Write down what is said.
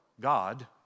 God